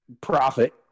profit